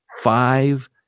five